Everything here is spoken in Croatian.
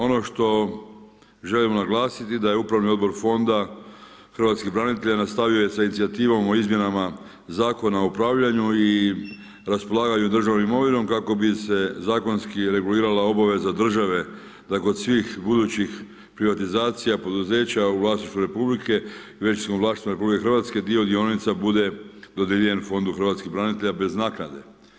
Ono što želim naglasiti, da je Upravni odbor Fonda hrvatskih branitelja nastavio je sa inicijativom o izmjenama Zakona o upravljanju i raspolaganju državnom imovinom kako bi se zakonski regulirala obaveza države da kod svih budućih privatizacija poduzeća u vlasništvu Republike i većinskom vlasništvu Republike Hrvatske dio dionica bude dodijeljen Fondu hrvatskih branitelja bez naknade.